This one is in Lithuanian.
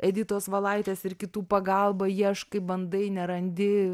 editos valaitės ir kitų pagalba ieškai bandai nerandi